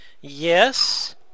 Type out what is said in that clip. yes